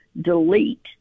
delete